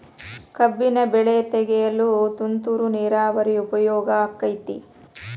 ಕಬ್ಬಿನ ಬೆಳೆ ತೆಗೆಯಲು ತುಂತುರು ನೇರಾವರಿ ಉಪಯೋಗ ಆಕ್ಕೆತ್ತಿ?